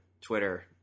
Twitter